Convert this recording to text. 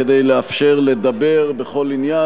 כדי לאפשר לדבר בכל עניין,